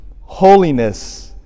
holiness